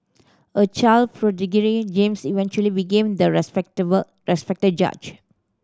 a child prodigy James eventually became the respectable respected judge